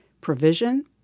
provision